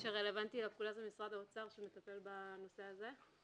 מה שרלוונטי לפקודה זה משרד האוצר שמטפל בנושא הזה.